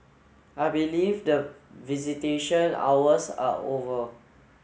I believe that visitation hours are over